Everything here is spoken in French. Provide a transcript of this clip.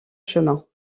chemins